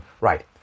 Right